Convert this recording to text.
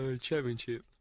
Championship